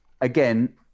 again